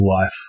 life